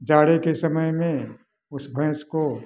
जाड़े के समय में उस भैंस को